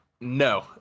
No